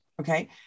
Okay